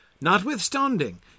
Notwithstanding